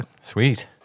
Sweet